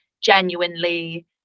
genuinely